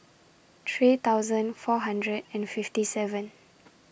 three thousand four hundred and fifty seven